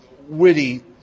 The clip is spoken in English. witty